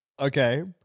Okay